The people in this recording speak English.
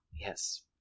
Yes